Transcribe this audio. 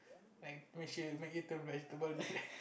like makes you make you turn vegetable